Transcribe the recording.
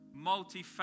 multifaceted